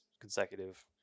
consecutive